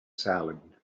salad